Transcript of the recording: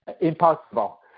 impossible